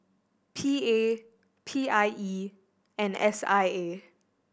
P A P I E and S I A